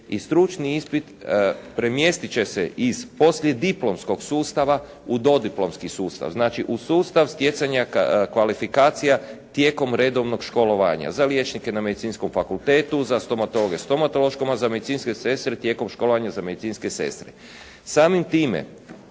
i stručni ispit, premjestiti će se iz poslijediplomskog sustava u dodiplomski sustav, znači u sustav stjecanja kvalifikacija tijekom redovnog školovanja za liječnike na medicinskom fakultetu, za stomatologe stomatološkom, a za medicinske sestre tijekom školovanja za medicinske sestre. Samim time